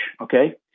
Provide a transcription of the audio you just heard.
okay